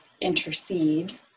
intercede